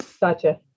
Gotcha